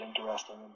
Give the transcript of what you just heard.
interesting